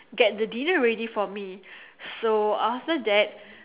get the dinner ready for me so after that